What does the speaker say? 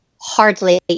hardly